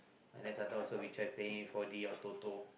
and then sometime also we trying playing four D or Toto